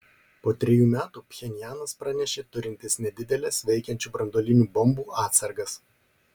po trejų metų pchenjanas pranešė turintis nedideles veikiančių branduolinių bombų atsargas